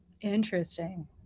Interesting